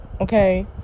Okay